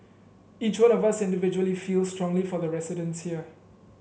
each one of us individually feels strongly for the residents here